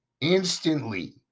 instantly